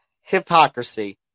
hypocrisy